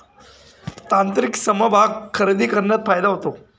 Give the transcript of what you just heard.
तांत्रिक समभाग खरेदी करण्यात फायदा आहे